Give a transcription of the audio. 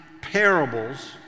parables